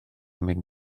mynd